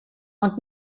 ond